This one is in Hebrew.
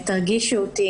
שתרגישו אותי,